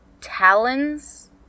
talons